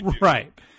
Right